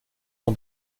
son